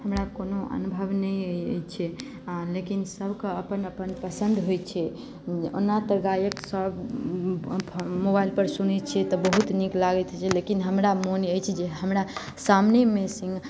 हमरा कोनो अनुभव नहि अछि लेकिन सबके अपन अपन पसन्द होइ छै ओना तऽ गायक सब मोबाइलपर सुनै छियै तऽ बहुत नीक लागैत रहै छै लेकिन हमरा मोन अछि जे हमरा सामनेमे सिंग